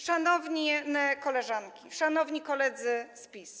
Szanowne Koleżanki i Szanowni Koledzy PiS!